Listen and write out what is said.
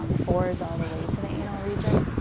um four is all the way to the anal region.